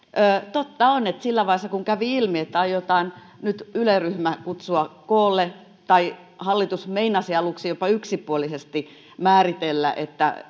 totta on että siinä vaiheessa kun kävi ilmi että aiotaan nyt yle ryhmä kutsua koolle hallitus meinasi aluksi jopa yksipuolisesti määritellä että